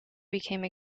became